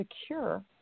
secure